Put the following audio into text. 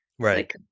Right